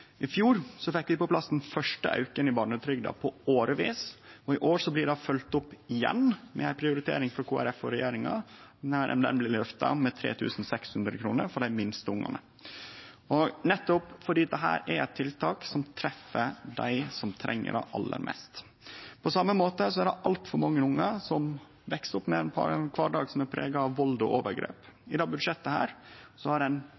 I fjor fekk vi på plass den første auken i barnetrygda på årevis, og i år blir det igjen følgt opp med ei prioritering frå Kristeleg Folkeparti og regjeringa når barnetrygda blir løfta med 3 600 kr til dei minste ungane – nettopp fordi dette er eit tiltak som treffer dei som treng det aller mest. På same måten er det altfor mange ungar som veks opp med ein kvardag som er prega av vald og overgrep. Over tid har ein